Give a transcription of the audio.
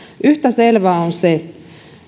yhtä selvää on se